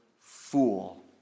fool